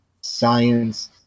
science